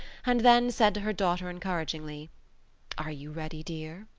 and then said to her daughter encouragingly are you ready, dear?